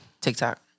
TikTok